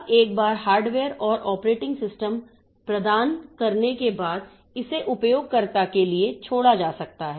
अब एक बार हार्डवेयर और ऑपरेटिंग सिस्टम प्रदान करने के बाद इसे उपयोगकर्ता के लिए छोड़ा जा सकता है